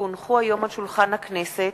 כי הונחו היום על שולחן הכנסת,